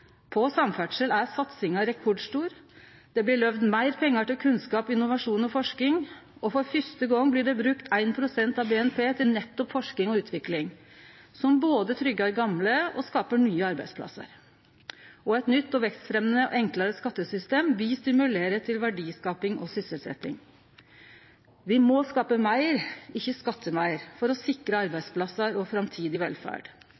På samferdsel er satsinga rekordstor. Det blir løyvd meir pengar til kunnskap, innovasjon og forsking. Og for første gong blir det brukt 1 pst. av BNP til nettopp forsking og utvikling, som både tryggjer gamle og skapar nye arbeidsplassar. Eit nytt, vekstfremjande og enklare skattesystem vil stimulere til verdiskaping og sysselsetjing. Vi må skape meir – ikkje skatte meir – for å sikre arbeidsplassar og framtidig velferd.